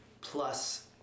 plus